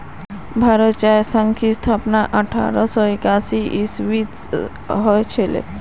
भारतीय चाय संघ की स्थापना अठारह सौ एकासी ईसवीत हल छिले